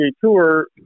Tour